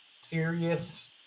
serious